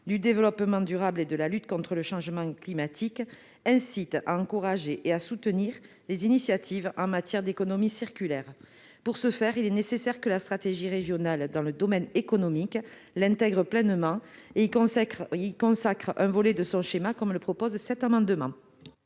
du développement durable et de la lutte contre le changement climatique incitent à encourager et à soutenir les initiatives en matière d'économie circulaire. Pour ce faire, il est nécessaire que la stratégie régionale, dans le domaine économique, l'intègre pleinement et y consacre un volet de son schéma. Les deux amendements